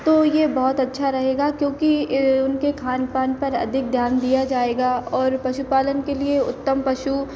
तो ये बहुत अच्छा रहेगा क्योंकि उनके खान पान पर अधिक ध्यान दिया जाएगा और पशुपालन के लिए उत्तम पशु